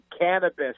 cannabis